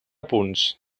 punts